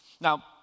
Now